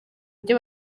ibyo